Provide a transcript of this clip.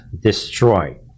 destroyed